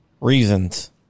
Reasons